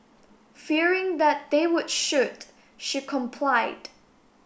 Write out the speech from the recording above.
fearing that they would shoot she complied